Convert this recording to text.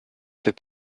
fait